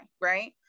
Right